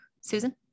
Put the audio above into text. Susan